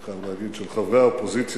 אני חייב להגיד, של חברי האופוזיציה,